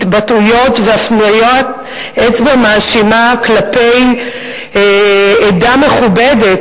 התבטאויות והפניית אצבע מאשימה כלפי עדה מכובדת,